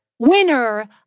winner